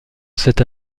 cette